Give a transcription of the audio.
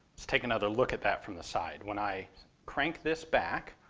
let's take another look at that from the side. when i crank this back,